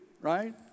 right